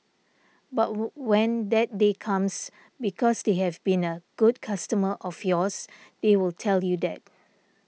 but when that day comes because they have been a good customer of yours they will tell you that